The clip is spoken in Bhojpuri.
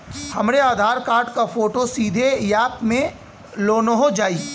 हमरे आधार कार्ड क फोटो सीधे यैप में लोनहो जाई?